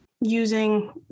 Using